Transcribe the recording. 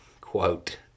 Quote